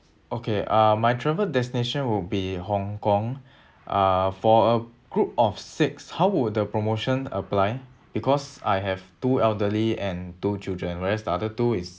okay uh my travel destination would be hong kong uh for a group of six how would the promotion apply because I have two elderly and two children whereas the other two is